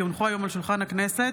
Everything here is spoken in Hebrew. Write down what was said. כי הונחו היום על שולחן הכנסת,